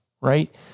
right